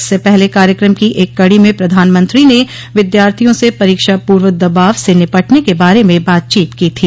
इससे पहले कार्यक्रम की एक कड़ी में प्रधानमंत्री ने विद्यार्थिया से परीक्षा पूर्व दबाव से निपटने के बारे में बातचीत की थी